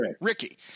Ricky